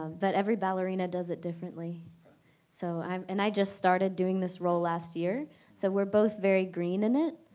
um but every ballerina does it differently so i'm and i just started doing this role last year so we're both very green in it.